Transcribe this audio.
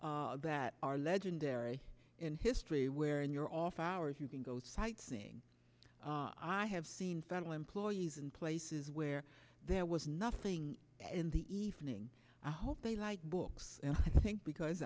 cities that are legendary in history where in your off hours you can go sightseeing i have seen federal employees in places where there was nothing in the evening i hope they like books and i think because